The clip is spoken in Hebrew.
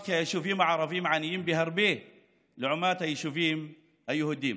וכי היישובים הערביים עניים בהרבה לעומת היישובים היהודיים.